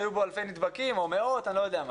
היו בו אלפי נדבקים או מאות או אני לא-יודע-מה.